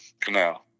canal